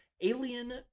Alien